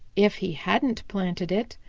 if he hadn't planted it,